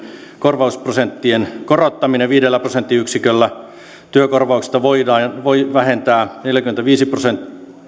korvausprosenttien korottaminen viidellä prosenttiyksiköllä eli työkorvauksesta voi vähentää neljänkymmenenviiden prosentin